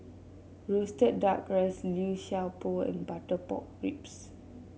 roasted duck rice Liu Sha Bao and Butter Pork Ribs